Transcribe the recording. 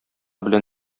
белән